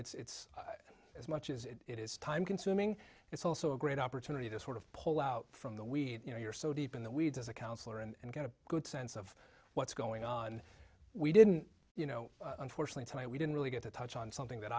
know it's as much as it is time consuming it's also a great opportunity to sort of pull out from the we you know you're so deep in the weeds as a counselor and get a good sense of what's going on we didn't you know unfortunately we didn't really get to touch on something that